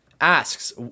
asks